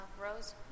Rose